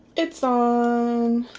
it's on